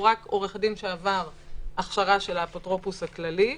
רק עורך דין שעבר הכשרה של האפוטרופוס הכללי.